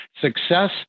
success